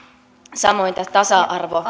samoin tämä tasa arvo